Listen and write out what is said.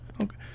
Okay